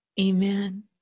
Amen